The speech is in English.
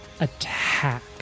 attack